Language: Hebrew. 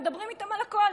מדברים איתם על הכול.